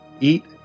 eat